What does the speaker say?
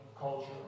culture